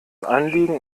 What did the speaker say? anliegen